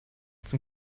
zum